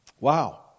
Wow